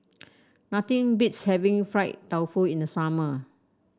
nothing beats having Fried Tofu in the summer